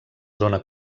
zona